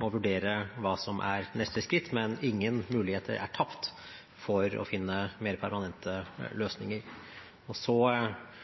må vurdere hva som er neste skritt, men ingen muligheter er tapt for å finne mer permanente løsninger.